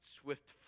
swift